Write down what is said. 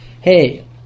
hey